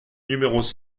numéros